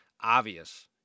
obvious